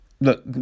look